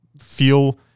feel